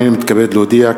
הנני מתכבד להודיע,